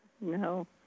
No